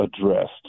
addressed